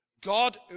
God